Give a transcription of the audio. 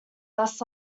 less